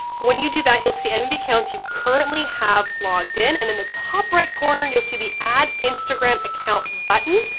when you do that you'll see any of the accounts you currently have logged in, and in the top right corner and you'll see the add instagram account button.